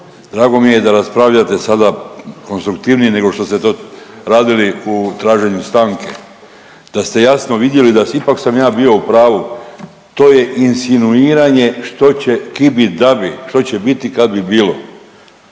Drago mi je da se raspravlja sada konstruktivnije nego što ste to radili u traženju stanke, da ste jasno vidjeli da ipak sam ja bio u pravu. To je insinuiranje tko će „kibidabi“ što